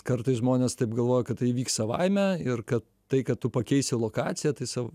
kartais žmonės taip galvoja kad tai įvyks savaime ir kad tai kad tu pakeisi lokaciją tai savo